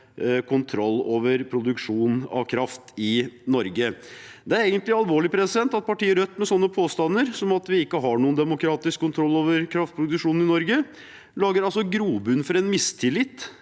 kontroll over produksjonen av kraft i Norge. Det er egentlig alvorlig at partiet Rødt med påstander som at vi ikke har noen demokratisk kontroll over kraftproduksjonen i Norge, lager grobunn for en mistillit